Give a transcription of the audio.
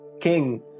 king